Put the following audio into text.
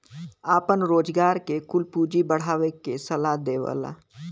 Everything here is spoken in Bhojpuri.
आपन रोजगार के कुल पूँजी बढ़ावे के सलाह देवला